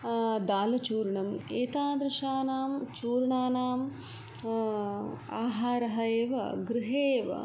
दालुचूर्णम् एतादृशानां चूर्णानाम् आहारः एव गृहे एव